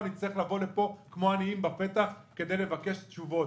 נצטרך לבוא לפה ולעמוד כעניים בפתח כדי לבקש תשובות.